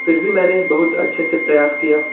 फिर मैंने बहुत अच्छे से प्रयास किया